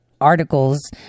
articles